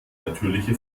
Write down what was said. natürliche